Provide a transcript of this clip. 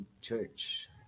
church